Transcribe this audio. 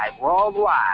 worldwide